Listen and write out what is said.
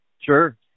sure